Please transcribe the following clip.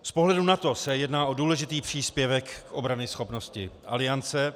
Z pohledu NATO se jedná o důležitý příspěvek obranyschopnosti Aliance.